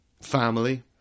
family